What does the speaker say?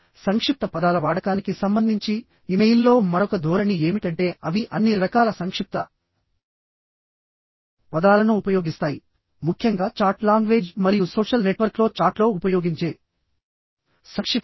సంక్షిప్త పదాల వాడకానికి సంబంధించి ఇమెయిల్లో మరొక ధోరణి ఏమిటంటే అవి అన్ని రకాల సంక్షిప్త పదాలను ఉపయోగిస్తాయి ముఖ్యంగా చాట్ లాంగ్వేజ్ మరియు సోషల్ నెట్వర్క్లో చాట్లో ఉపయోగించే సంక్షిప్త పదాలు